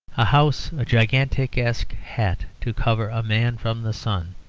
a house a gigantesque hat to cover a man from the sun,